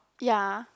ya